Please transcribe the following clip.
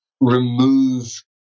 remove